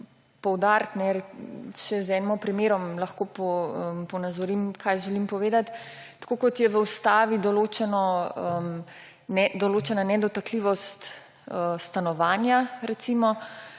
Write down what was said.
poudariti in še z enim primerom lahko ponazorim, kaj želim povedati. Tako kot je recimo, v ustavi določena nedotakljivost stanovanja, je